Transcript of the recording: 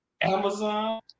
Amazon